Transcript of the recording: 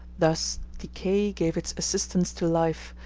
thus decay gave its assistance to life,